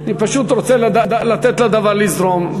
אני פשוט רוצה לתת לדָּבָר לזרום,